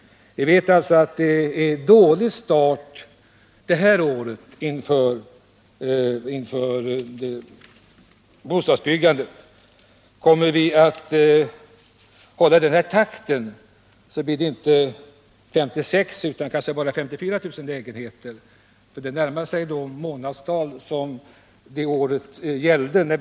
Bostadsbyggandet detta år har alltså fått en dålig start. Håller vi den takten blir det inte 56 000 utan kanske bara 54 000 nya lägenheter.